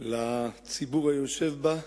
לציבור היושב בה,